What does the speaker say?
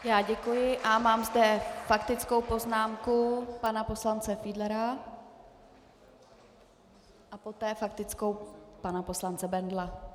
Já děkuji a mám zde faktickou poznámku pana poslance Fiedlera a poté faktickou pana poslance Bendla.